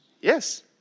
Yes